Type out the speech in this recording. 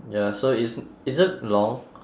ya so it's is it long